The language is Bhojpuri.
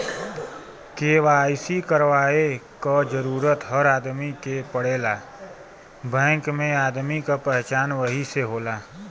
के.वाई.सी करवाये क जरूरत हर आदमी के पड़ेला बैंक में आदमी क पहचान वही से होला